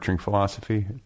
philosophy